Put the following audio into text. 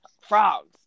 frogs